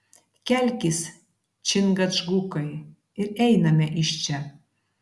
kelkis čingačgukai ir einame iš čia